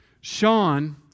Sean